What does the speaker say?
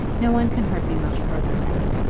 no one can hurt me much further now.